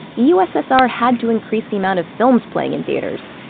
the ussr had to increase the amount of films playing in theaters,